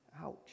Ouch